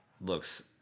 looks